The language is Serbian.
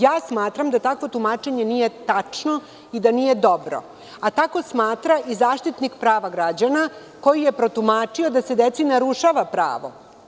Smatram da takvo tumačenje nije tačno i da nije dobro, a tako smatra i Zaštitnik prava građana, koji je protumačio da se deci narušava pravo.